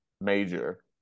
major